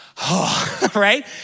right